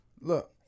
Look